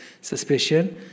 suspicion